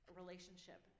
relationship